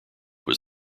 was